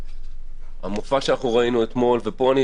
המופע שראינו אתמול, ופה אני